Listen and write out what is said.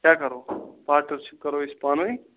کیاہ کرو پاٹنرشِپ کرو أسۍ پانہٕ و نۍ